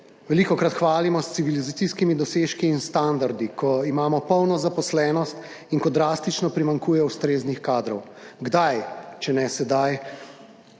velikokrat hvalimo s civilizacijskimi dosežki in standardi, ko imamo polno zaposlenost in ko drastično primanjkuje ustreznih kadrov. Kdaj, če ne sedaj,